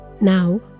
Now